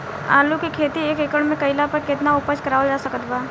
आलू के खेती एक एकड़ मे कैला पर केतना उपज कराल जा सकत बा?